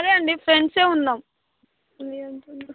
అదే అండి ఫ్రెండ్సే ఉన్నాము